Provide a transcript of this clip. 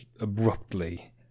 abruptly